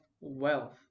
wealth